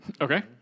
Okay